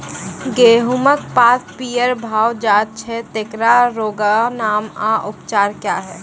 गेहूँमक पात पीअर भअ जायत छै, तेकरा रोगऽक नाम आ उपचार क्या है?